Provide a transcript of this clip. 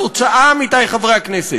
התוצאה, עמיתי חברי הכנסת,